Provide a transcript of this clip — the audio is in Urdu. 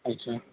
اچھا